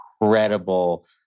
incredible